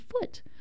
foot